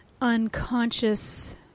unconscious